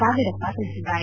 ಕಾವೇರಪ್ಪ ತಿಳಿಸಿದ್ದಾರೆ